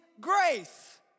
grace